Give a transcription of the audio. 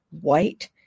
white